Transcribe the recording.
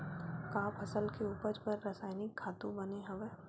का फसल के उपज बर रासायनिक खातु बने हवय?